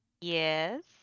Yes